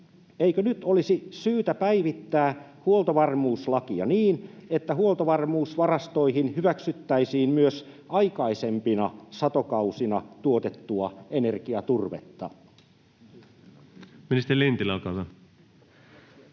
eikö nyt olisi syytä päivittää huoltovarmuuslakia niin, että huoltovarmuusvarastoihin hyväksyttäisiin myös aikaisempina satokausina tuotettua energiaturvetta?